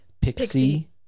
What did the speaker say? Pixie